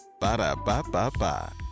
Ba-da-ba-ba-ba